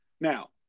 Now